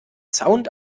sound